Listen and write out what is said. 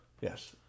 Yes